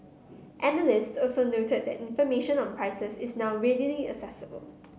analyst also noted that information on prices is now readily accessible